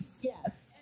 Yes